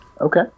Okay